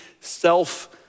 self